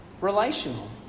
relational